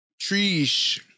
Trees